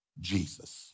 Jesus